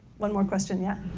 one more question. yes.